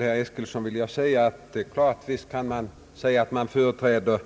Herr talman! Herr Eskilsson, visst kan man säga att man företräder